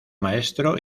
maestro